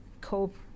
cope